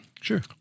Sure